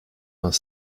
vingt